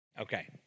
Okay